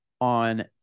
on